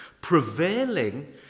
prevailing